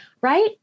right